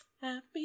Happy